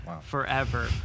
forever